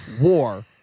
war